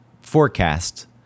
forecast